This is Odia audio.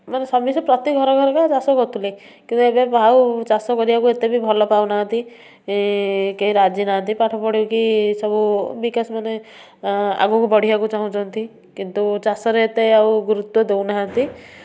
ମାନେ ପ୍ରତି ଘର ଘରକେ ଚାଷ କରୁଥିଲେ କିନ୍ତୁ ଏବେ ଆଉ ଚାଷ କରିବାକୁ ଏତେ ବି ଭଲ ପାଉନାହାନ୍ତି କେହି ରାଜି ନାହାନ୍ତି ପାଠ ପଢ଼େଇକି ସବୁ ବିକାଶ ମାନେ ଆଗକୁ ବଢ଼ିବାକୁ ଚାହୁଁଛନ୍ତି କିନ୍ତୁ ଚାଷରେ ଏତେ ଆଉ ଗୁରୁତ୍ୱ ଦେଉନାହାନ୍ତି